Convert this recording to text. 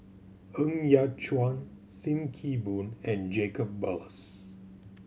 Ng Yat Chuan Sim Kee Boon and Jacob Ballas